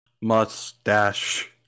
Mustache